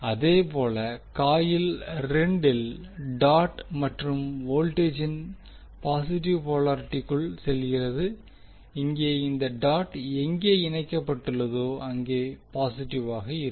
அதேபோல காயில் 2 வில் டாட் மற்றும் வோல்டேஜின் பாசிடிவ் போலாரிட்டிக்குள் செல்கிறது இங்கே இந்த டாட் எங்கே இணைக்கப்பட்டுள்ளதோ அங்கே பாசிட்டிவாக இருக்கும்